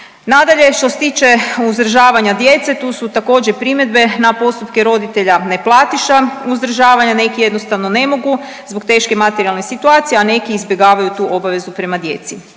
Nadalje, što se tiče uzdržavanja djece, tu su također primjedbe na postupke roditelja neplatiša uzdržavanja. Neki jednostavno ne mogu zbog teške materijalne situacije, a neki izbjegavaju tu obavezu prema djeci.